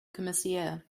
commissaire